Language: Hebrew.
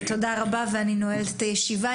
תודה רבה, אני נועלת את הישיבה.